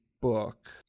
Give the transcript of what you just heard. book